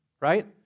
right